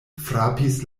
frapis